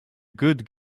good